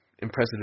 Impressive